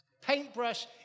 paintbrush